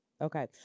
Okay